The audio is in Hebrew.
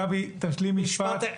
גבי, תשלים משפט.